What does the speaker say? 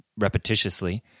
repetitiously